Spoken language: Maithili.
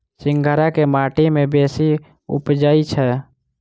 सिंघाड़ा केँ माटि मे बेसी उबजई छै?